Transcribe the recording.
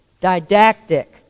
Didactic